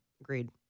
Agreed